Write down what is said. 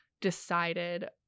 Decided